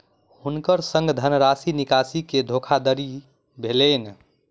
हुनकर संग धनराशि निकासी के धोखादड़ी भेलैन